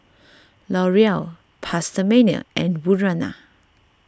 L'Oreal PastaMania and Urana